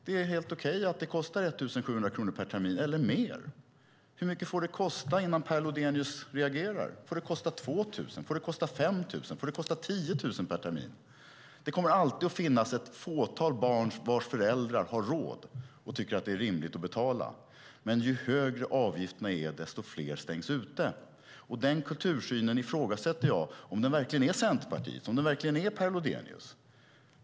Det är helt okej att det kostar 1 700 kronor per termin eller mer. Hur mycket får det kosta innan Per Lodenius reagerar? Får det kosta 2 000 kronor? Får det kosta 5 000 kronor? Får det kosta 10 000 kronor per termin? Det kommer alltid att finnas ett fåtal barn vilkas föräldrar har råd och tycker att det är rimligt att betala. Men ju högre avgifterna är, desto fler stängs ute. Jag ifrågasätter om den kultursynen verkligen är Centerpartiets och Per Lodenius.